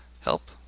help